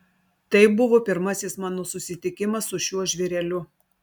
tai buvo pirmasis mano susitikimas su šiuo žvėreliu